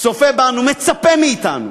שצופה בנו, מצפה מאתנו: